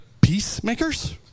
peacemakers